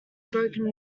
broken